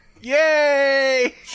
Yay